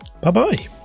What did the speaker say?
bye-bye